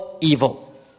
evil